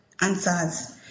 answers